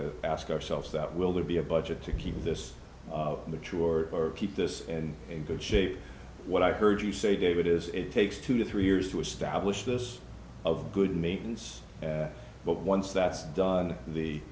to ask ourselves that will there be a budget to keep this mature or keep this in good shape what i heard you say david is it takes two to three years to establish this of good means but once that's done the